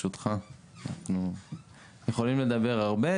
אנחנו יכולים לדבר הרבה.